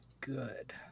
good